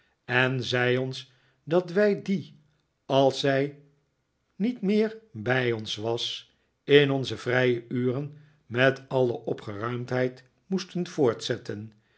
en zei ons dat wij die als zij niet meer bij ons was in onze vrije uren met alle opgeruimdheid moesten voortzetten